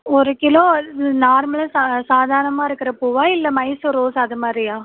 ஒரு கிலோ இல் நார்மலாக சா சாதாரணமா இருக்கிற பூவா இல்லை மைசூர் ரோஸ் அது மாதிரியா